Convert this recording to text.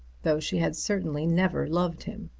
though she had certainly never loved him.